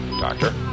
Doctor